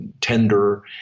tender